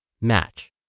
match